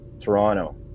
Toronto